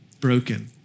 broken